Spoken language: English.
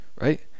right